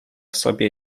sobie